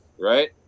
right